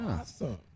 awesome